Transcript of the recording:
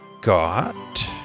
got